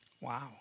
Wow